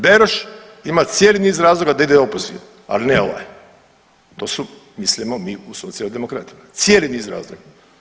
Beroš ima cijeli niz razloga da ide opoziv, ali ne ovaj tu su, mislimo mi u Socijaldemokratima, cijeli niz razloga.